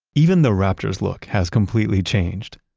even the raptors look has completely changed.